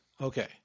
okay